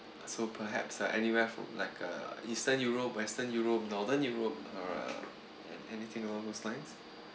so perhaps uh anywhere from like uh eastern europe western europe northern europe or uh anything along those lines